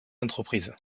entreprises